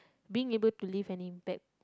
being able to leave an impact